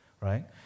Right